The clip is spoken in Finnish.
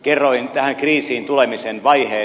kerroin tähän kriisiin tulemisen vaiheet